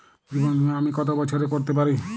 জীবন বীমা আমি কতো বছরের করতে পারি?